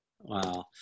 Wow